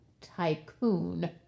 tycoon